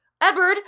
Edward